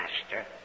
Master